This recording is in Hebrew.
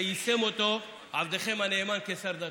ויישם אותו עבדכם הנאמן כשר דתות,